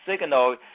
signal